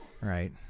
right